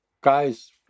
guys